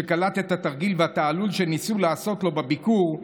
שקלט את התרגיל והתעלול שניסו לעשות לו בביקור,